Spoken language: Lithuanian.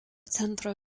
centro